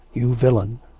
you villain!